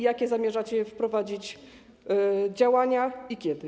Jakie zamierzacie wprowadzić działania i kiedy?